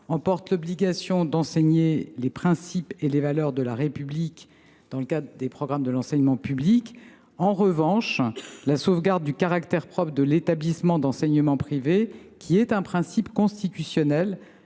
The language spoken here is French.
effet l’obligation d’enseigner les principes et les valeurs de la République dans le cadre des programmes de l’enseignement public. En revanche, la sauvegarde du caractère propre de l’établissement d’enseignement privé, qui est un principe constitutionnel,